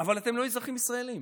אבל אתם לא אזרחים ישראלים.